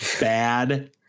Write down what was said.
Bad